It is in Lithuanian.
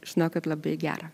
žinokit labai gera